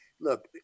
look